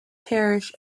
parish